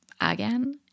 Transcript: Again